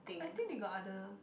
I think we got other